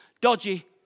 dodgy